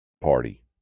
party